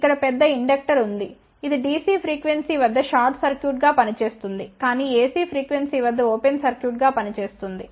ఇక్కడ పెద్ద ఇండక్టర్ ఉంది ఇది DC ఫ్రీక్వెన్సీ వద్ద షార్ట్ సర్క్యూట్గా పనిచేస్తుంది కానీ AC ఫ్రీక్వెన్సీ వద్ద ఓపెన్ సర్క్యూట్గా పనిచేస్తుంది